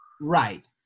Right